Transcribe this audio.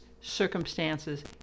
circumstances